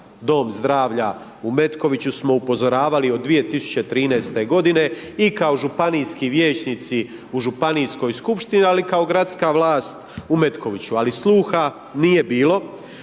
Dom zdravlja u Metkoviću smo upozoravali od 2013.-te godine i kao županijski vijećnici u županijskoj Skupštini, ali kao gradska vlast u Metkoviću, ali sluha nije bilo.